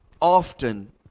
often